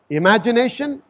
imagination